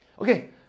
Okay